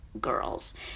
girls